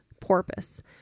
porpoise